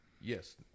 Yes